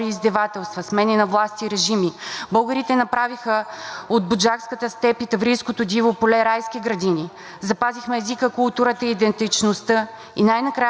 запазихме езика, културата и идентичността и най-накрая благодарение на независима и свободна Украйна започнахме да живеем свободно и името българин да носим открито и с гордост.